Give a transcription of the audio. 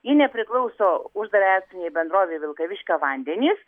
ji nepriklauso uždarajai akcinei bendrovei vilkaviškio vandenys